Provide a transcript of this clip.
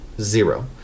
zero